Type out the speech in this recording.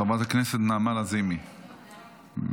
חברת הכנסת נעמה לזימי, מוותרת.